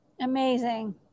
amazing